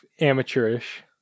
amateurish